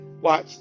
watch